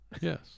Yes